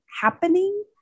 happening